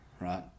Right